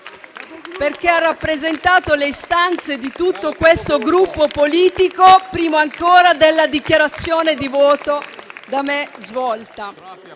perché ha rappresentato le istanze di tutto questo Gruppo politico prima ancora della dichiarazione di voto da me svolta.